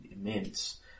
immense